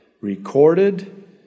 recorded